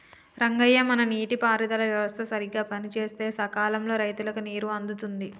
రంగయ్య మన నీటి పారుదల వ్యవస్థ సరిగ్గా పనిసేస్తే సకాలంలో రైతులకు నీరు అందుతుంది